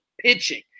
pitching